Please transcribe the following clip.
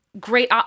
great